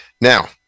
now